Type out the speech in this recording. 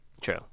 True